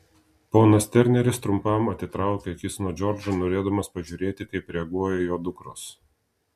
ponas terneris trumpam atitraukė akis nuo džordžo norėdamas pažiūrėti kaip reaguoja jo dukros